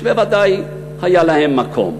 שבוודאי היה להם מקום.